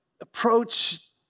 approach